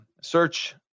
search